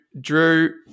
Drew